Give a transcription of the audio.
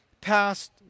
passed